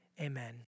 Amen